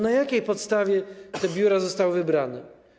Na jakiej podstawie te biura zostały wybrane?